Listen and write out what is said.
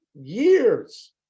years